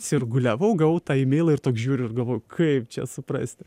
sirguliavau gavau tą imeilą ir toks žiūriu ir galvoju kaip čia suprasti